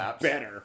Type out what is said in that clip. better